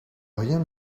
rien